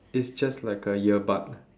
it's just like a ear bud